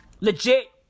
Legit